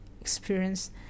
experience